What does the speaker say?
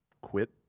quit